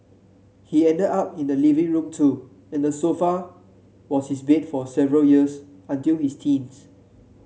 he ended up in the living room too and the sofa was his bed for several years until his teams